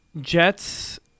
Jets